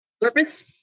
Purpose